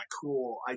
cool